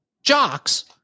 Jocks